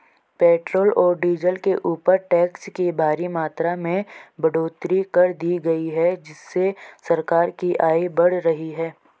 petrol और diesel के ऊपर टैक्स की भारी मात्रा में बढ़ोतरी कर दी गई है जिससे सरकार की आय बढ़ रही है